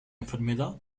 enfermedad